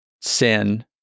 sin